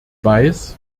weiß